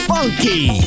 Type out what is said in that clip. Funky